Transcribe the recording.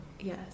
Yes